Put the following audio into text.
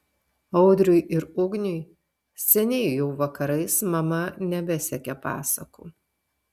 audriui ir ugniui seniai jau vakarais mama nebesekė pasakų